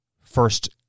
first